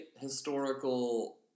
historical